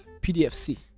PDF-C